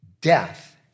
Death